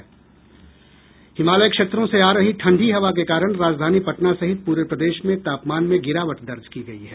हिमालय क्षेत्रों से आ रही ठंढ़ी हवा के कारण राजधानी पटना सहित प्रे प्रदेश में तापमान में गिरावट दर्ज की गयी है